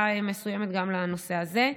מסוימת גם לנושא הזה.